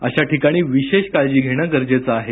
अशा ठिकाणी विशेष काळजी घेणे गरजेचं आहे